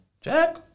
Jack